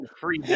Free